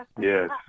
Yes